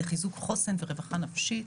לחיזוק חוסן ורווחה נפשית,